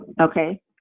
Okay